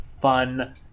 fun